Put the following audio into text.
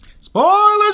Spoilers